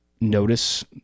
notice